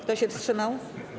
Kto się wstrzymał?